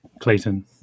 Clayton